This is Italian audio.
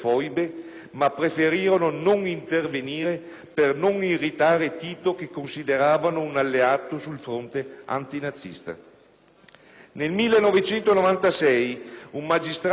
ma preferirono non intervenire per non irritare Tito, che consideravano un alleato sul fronte antinazista. Nel 1996 un magistrato di Roma,